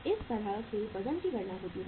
इस तरह से वजन की गणना होती है